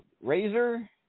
Razor